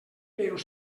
però